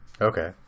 Okay